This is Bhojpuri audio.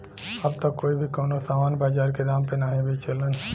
अब त कोई भी कउनो सामान बाजार के दाम पे नाहीं बेचलन